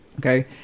Okay